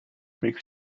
makes